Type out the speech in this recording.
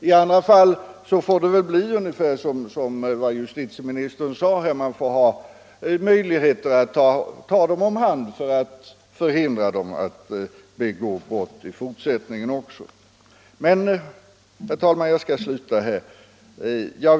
I andra fall blir det väl ungefär så som justitieministern sade, att det får finnas möjligheter att ta dem om hand för att förhindra dem att begå brott i fortsättningen. Herr talman! Jag skall sluta här.